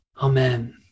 amen